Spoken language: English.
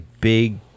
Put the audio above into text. big